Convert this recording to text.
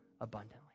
abundantly